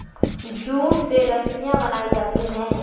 jute से रस्सियां बनायीं जाती है